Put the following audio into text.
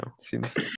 Seems